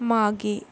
मागे